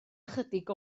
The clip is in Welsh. ychydig